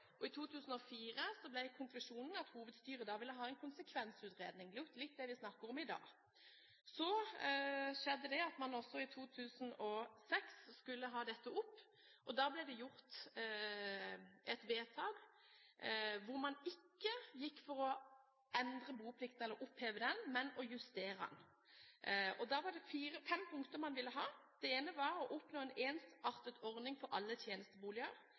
og i 2004 ble konklusjonen at hovedstyret ville ha en konsekvensutredning, litt som det vi snakker om i dag. I 2006 skulle man også ha dette opp. Da ble det gjort et vedtak hvor man ikke gikk for å endre boplikten eller oppheve den, men justere den. Da var det fem punkter man ville ha: Det var å oppnå en ensartet ordning for alle tjenesteboliger,